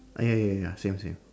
ah ya ya ya same same